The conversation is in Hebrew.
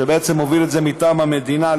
שבעצם הוביל את זה מטעם המדינה,